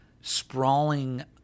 sprawling